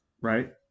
right